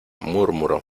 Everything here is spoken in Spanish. murmuró